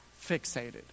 fixated